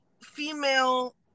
female